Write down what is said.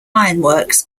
ironworks